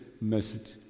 message